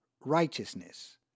righteousness